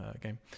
game